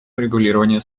урегулирование